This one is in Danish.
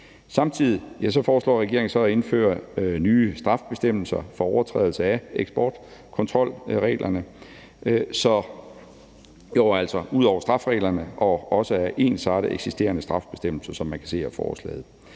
Samtidig foreslår regeringen at indføre nye straffebestemmelser for overtrædelse af eksportkontrolreglerne – altså ud over straffereglerne – og at ensarte eksisterende straffebestemmelser, som man kan se af forslaget.